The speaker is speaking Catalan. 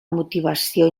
motivació